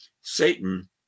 Satan